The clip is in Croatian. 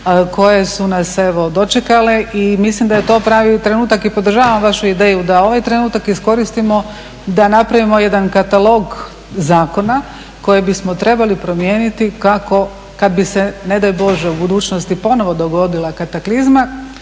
koje su nas dočekale i mislim da je to pravi trenutak i podržavam vašu ideju da ovaj trenutak iskoristimo da napravimo jedan katalog zakona koje bismo trebali promijeniti kako kada bi se ne daj Bože u budućnosti ponovo dogodila kataklizma